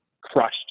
crushed